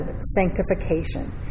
sanctification